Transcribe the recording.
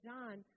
John